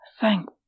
Thank